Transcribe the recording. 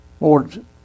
Lord